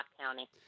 County